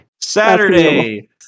Saturday